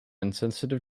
insensitive